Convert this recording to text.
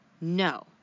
no